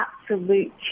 Absolute